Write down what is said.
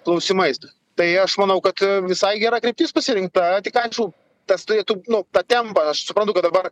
klausimais tai aš manau kad visai gera kryptis pasirinkta tik aišku tas turėtų nu tą tempą aš suprantu kad dabar